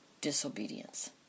disobedience